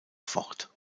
fort